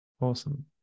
awesome